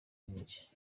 mwinshi